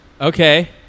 Okay